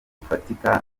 gifatika